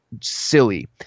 silly